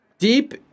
Deep